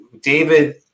David